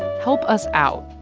help us out.